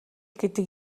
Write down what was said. гэдэг